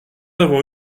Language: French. avons